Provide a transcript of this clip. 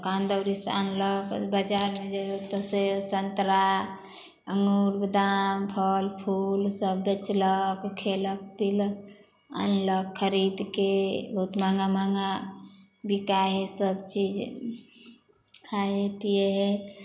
दोकान दौड़ीसे आनलक बजार जइऔ तऽ सेब सन्तरा अङ्गूरके दाम फल फूलसब बेचलक खएलक पिलक आनलक खरीदके बहुत महगा महगा बिकाइ हइ सबचीज खाइ हइ पिए हइ